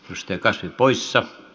mister cash poissa